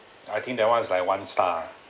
I think that one is like one star